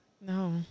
No